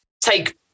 take